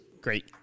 great